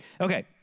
Okay